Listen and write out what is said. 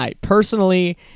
Personally